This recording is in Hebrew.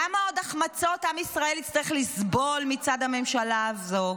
כמה עוד החמצות עם ישראל יצטרך לסבול מצד הממשלה הזאת.